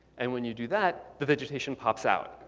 and when you do that, the vegetation pops out.